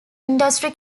industry